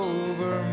over